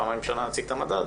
פעמיים בשנה נציג את המדד,